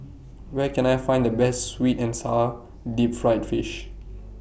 Where Can I Find The Best Sweet and Sour Deep Fried Fish